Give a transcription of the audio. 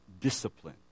discipline